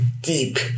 deep